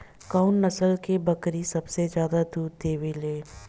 कउन नस्ल के बकरी सबसे ज्यादा दूध देवे लें?